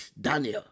Daniel